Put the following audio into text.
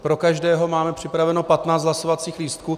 Pro každého máme připraveno 15 hlasovacích lístků.